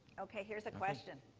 ok, here's a question.